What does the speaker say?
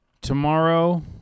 tomorrow